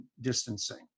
distancing